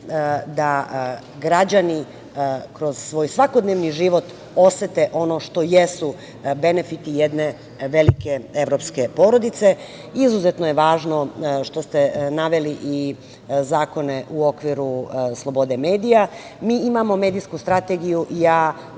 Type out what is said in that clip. da građani kroz svoj svakodnevni život osete ono što jesu benefiti jedne velike evropske porodice. Izuzetno je važno što ste naveli i zakone u okviru slobode medija. Mi imamo medijsku strategiju. Ja ne